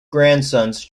grandsons